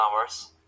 hours